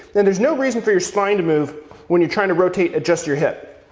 and there's no reason for your spine to move when you're trying to rotate just your hip.